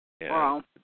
Wow